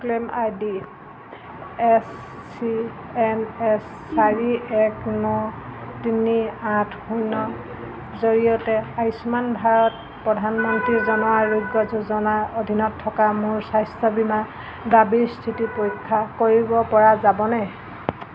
claim I D S C N S চাৰি এক ন তিনি আঠ শূন্যৰ জৰিয়তে আয়ুষ্মান ভাৰত প্ৰধানমন্ত্ৰী জন আৰোগ্য যোজনাৰ অধীনত থকা মোৰ স্বাস্থ্য বীমা দাবীৰ স্থিতি পৰীক্ষা কৰিব পৰা যাবনে